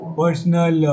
personal